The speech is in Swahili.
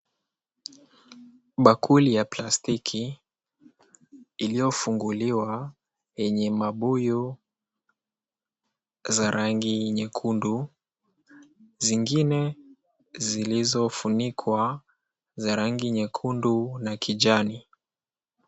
Bakuli ya plastiki iliyofunguliwa, yenye mabuyu za rangi nyekundu, zingine zilizofunikwa za rangi nyekundu na kijani.